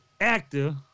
actor